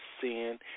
sin